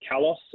Kalos